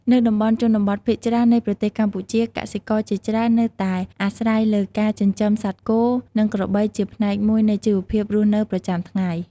នៅតំបន់ជនបទភាគច្រើននៃប្រទេសកម្ពុជា កសិករជាច្រើននៅតែអាស្រ័យលើការចិញ្ចឹមសត្វគោ និងក្របីជាផ្នែកមួយនៃជីវភាពរស់នៅប្រចាំថ្ងៃ។